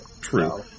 true